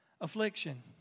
Affliction